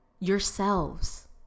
Yourselves